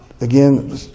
again